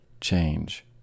change